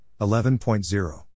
11.0